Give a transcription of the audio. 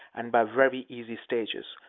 and by very easy stages,